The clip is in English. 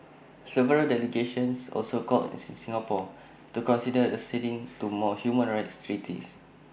several delegations also called on Singapore to consider acceding to more human rights treaties